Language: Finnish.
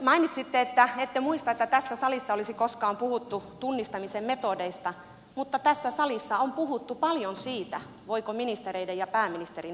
mainitsitte että ette muista että tässä salissa olisi koskaan puhuttu tunnistamisen metodeista mutta tässä salissa on puhuttu paljon siitä voiko ministereiden ja pääministerin sanaan luottaa